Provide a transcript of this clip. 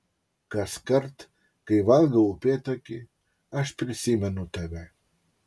kaskart kai valgau upėtakį aš prisimenu tave